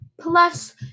Plus